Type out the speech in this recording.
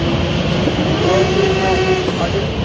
अँ तर त्यसमा अलिक